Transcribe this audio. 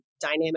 dynamic